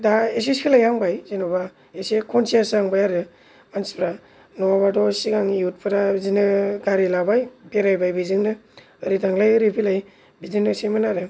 दा एसे सोलायहांबाय जेन'बा एसे कनसियास जाहांबाय आरो मानसिफ्रा नङाबाथ' सिगांनि इयुतफोरा बेबादिनो गारि लाबाय बेरायबाय बेजोंनो ओरै थांलाय ओरै फैलाय बिदिनो सैमोन आरो